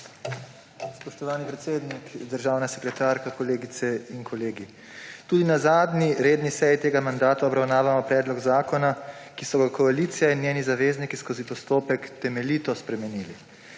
Spoštovani predsednik, državna sekretarka, kolegice in kolegi! Tudi na zadnji redni seji tega mandata obravnavamo predlog zakona, ki so ga koalicija in njeni zavezniki skozi postopek temeljito spremenili.